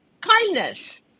kindness